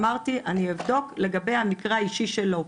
אמרתי שאני אבדוק לגבי המקרה האישי שלו.